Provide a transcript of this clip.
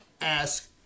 ask